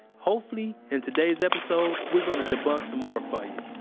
hopefully, in today's episode, we're going to debunk some more for you.